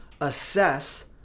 assess